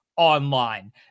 Online